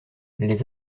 les